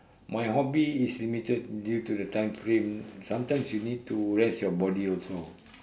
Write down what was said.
my hobby is limited due to the time frame sometimes you need to rest your body also